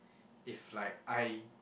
if like I